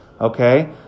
okay